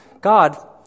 God